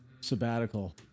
sabbatical